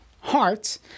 hearts